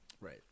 Right